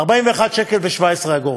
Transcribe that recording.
41.17 שקל.